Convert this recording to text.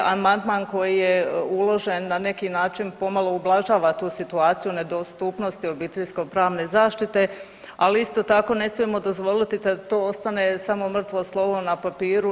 Amandman koji je uložen na neki način pomalo ublažava tu situaciju nedostupnosti obiteljsko pravne zaštite, ali isto tako ne smijemo dozvoliti da to ostane samo mrtvo slovo na papiru.